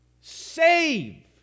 save